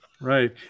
Right